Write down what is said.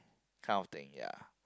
kind of thing ya